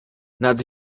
nad